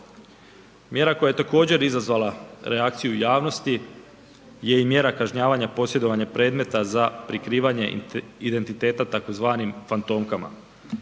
Mjera koja je također izazvala reakciju javnosti je i mjera kažnjavanja posjedovanja predmeta za prikrivanje identiteta tzv. fantomkama.